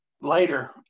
later